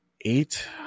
eight